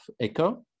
echo